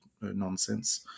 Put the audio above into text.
nonsense